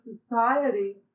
society